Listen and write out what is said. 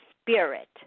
spirit